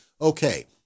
okay